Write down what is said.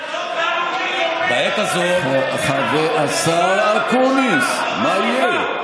בעת הזאת, שר בממשלה, השר אקוניס, מה יהיה?